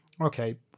Okay